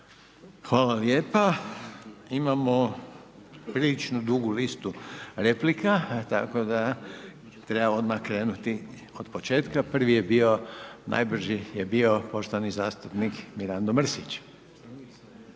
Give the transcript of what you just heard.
vam lijepa. Imamo prilično dugu listu replika tako da treba odmah krenuti od početka. Prvi je bio, najbrži je bio poštovani zastupnik Mirando Mrsić.